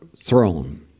Throne